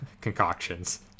concoctions